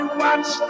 watch